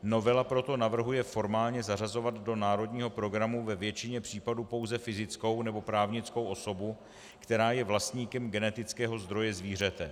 Novela proto navrhuje formálně zařazovat do národního programu ve většině případů pouze fyzickou nebo právnickou osobu, která je vlastníkem genetického zdroje zvířete.